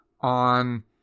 on